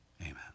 Amen